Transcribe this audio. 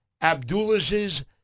Abdullah's